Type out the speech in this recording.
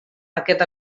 aquest